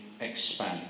expand